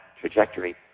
trajectory